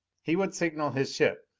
he would signal his ship.